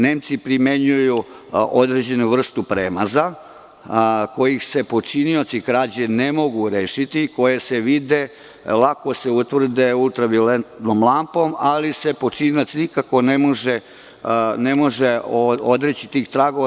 Nemci primenjuju određenu vrstu premaza kojih se počinioci krađe ne mogu rešiti, koje se vide, lako se utvrde, ultravioletnom lampom, ali se počinilac nikako ne može odreći tih tragova.